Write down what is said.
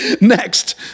Next